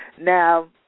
Now